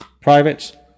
private